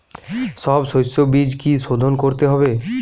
সব শষ্যবীজ কি সোধন করতে হবে?